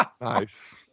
Nice